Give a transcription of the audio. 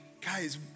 Guys